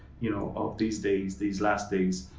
you know, of these days, these last days,